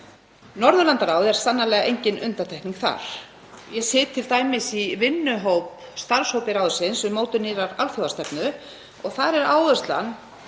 Norðurlandaráð er sannarlega engin undantekning þar. Ég sit t.d. í starfshóp ráðsins um mótun nýrrar alþjóðastefnu og þar er áherslan